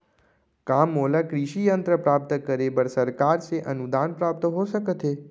का मोला कृषि यंत्र प्राप्त करे बर सरकार से अनुदान प्राप्त हो सकत हे?